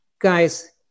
guys